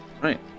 Right